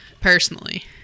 personally